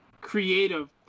creative